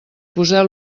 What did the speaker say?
poseu